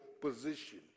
position